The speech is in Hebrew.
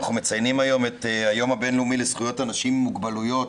אנחנו מציינים היום את היום הבין-לאומי לזכויות אנשים עם מוגבלויות,